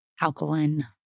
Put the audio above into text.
alkaline